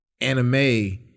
anime